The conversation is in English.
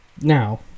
Now